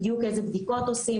איזה בדיקות עושים,